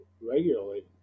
regularly